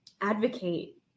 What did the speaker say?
advocate